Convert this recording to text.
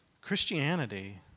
Christianity